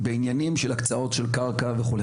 בעניינים של הקצאות של קרקע וכו'.